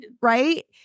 Right